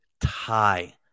tie